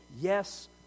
yes